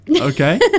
okay